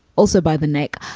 also by the neck.